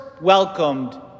welcomed